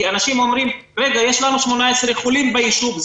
כי אנשים אומרים יש לנו 18 חולים ביישוב,